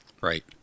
Right